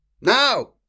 Now